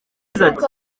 yagize